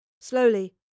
Slowly